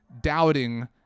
doubting